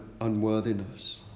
unworthiness